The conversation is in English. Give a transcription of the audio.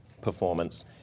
performance